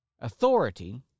Authority